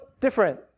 different